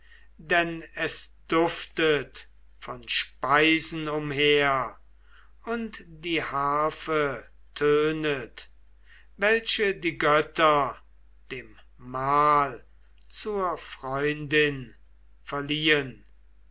denn es duftet von speisen umher und die harfe tönet welche die götter dem mahl zur freundin verliehen